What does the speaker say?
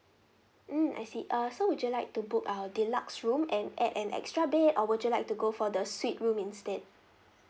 mm I see uh so would you like to book our deluxe room and add an extra bed or would you like to go for the suite room instead